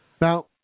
Now